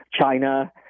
China